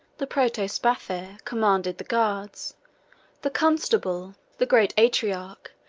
the protospathaire commanded the guards the constable, the great aeteriarch,